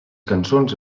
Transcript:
cançons